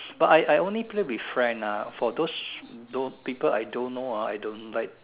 but I I only play with friend ah for those those people I don't know ah I don't like